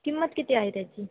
किंमत किती आहे त्याची